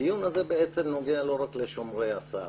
הדיון הזה נוגע לא רק לשומרי הסף,